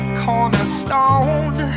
cornerstone